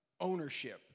ownership